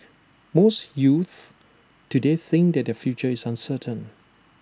most youths today think that their future is uncertain